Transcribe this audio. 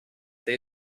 they